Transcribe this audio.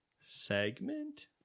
segment